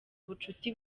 ubucuti